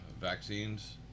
vaccines